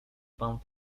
pan